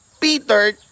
Peter